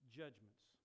judgments